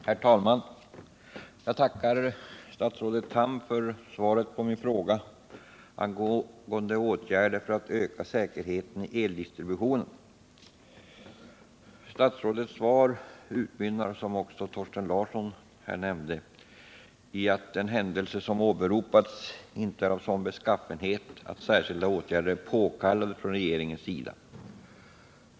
Herr talman! Jag tackar statsrådet Tham för svaret på min fråga angående åtgärder för att öka säkerheten i eldistributionen. Statsrådets svar utmynnar, som Thorsten Larsson nämnde, i att den händelse som åberopats inte är av sådan beskaffenhet att särskilda åtgärder är påkallade från regeringens sida.